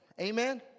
amen